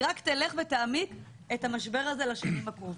היא רק תלך ותעמיק את המשבר הזה לשנים הקרובות.